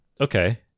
okay